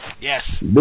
yes